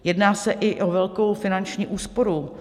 Jedná se i o velkou finanční úsporu.